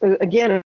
again